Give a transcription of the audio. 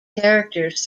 characters